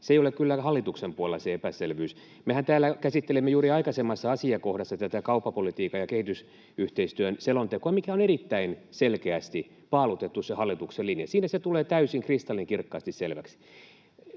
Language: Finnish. ei ole kyllä hallituksen puolella. Mehän täällä käsittelimme juuri aikaisemmassa asiakohdassa tätä kauppapolitiikan ja kehitysyhteistyön selontekoa, ja se hallituksen linja on erittäin selkeästi paalutettu. Siinä se tulee täysin kristallinkirkkaasti selväksi.